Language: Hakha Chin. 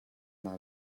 naa